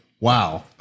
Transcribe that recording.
wow